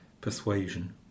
persuasion